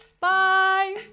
Bye